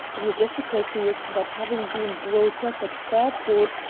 our difficulty was that having been brought up at fairport,